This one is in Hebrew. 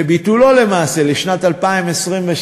וביטולו, למעשה, לשנת 2023,